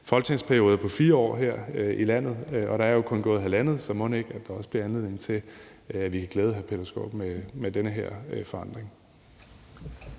folketingsperioder på 4 år her i landet, og der er jo kun gået 1½ år, så mon ikke, der også bliver anledning til, at vi kan glæde hr. Peter Skaarup med den her forandring.